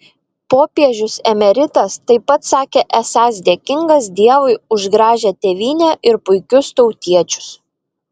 popiežius emeritas taip pat sakė esąs dėkingas dievui už gražią tėvynę ir puikius tautiečius